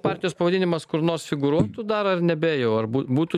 partijos pavadinimas kur nors figūruotų dar ar nebe jau ar bū būtų